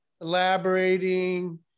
elaborating